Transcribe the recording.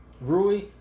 Rui